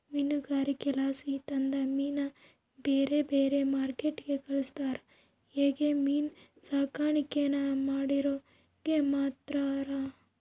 ಮೀನುಗಾರಿಕೆಲಾಸಿ ತಂದ ಮೀನ್ನ ಬ್ಯಾರೆ ಬ್ಯಾರೆ ಮಾರ್ಕೆಟ್ಟಿಗೆ ಕಳಿಸ್ತಾರ ಹಂಗೆ ಮೀನಿನ್ ಸಾಕಾಣಿಕೇನ ಮಾಡೋರಿಗೆ ಮಾರ್ತಾರ